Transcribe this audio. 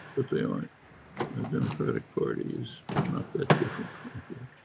but they aren't. the democratic party's not that different. frankly,